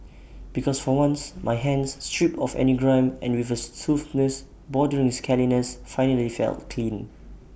because for once my hands stripped of any grime and with A smoothness bordering scaliness finally felt clean